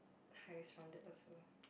hives from that also